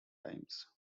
times